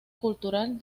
cultural